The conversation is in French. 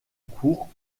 cours